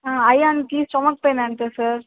అయాన్కి stomach pain అంట sir